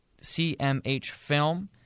CMHFilm